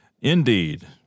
Indeed